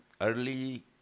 Early